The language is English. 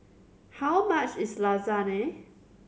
how much is Lasagne